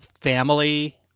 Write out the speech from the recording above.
family